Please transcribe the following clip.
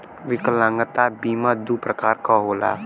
विकलागंता बीमा दू प्रकार क होला